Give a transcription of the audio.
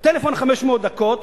טלפון 500 דקות,